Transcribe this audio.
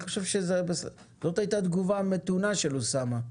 זאת היתה תגובה מתונה של אוסאמה,